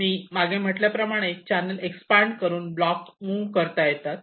मी मागे म्हटल्याप्रमाणे channel expand करून ब्लॉक मुव्ह करता येतात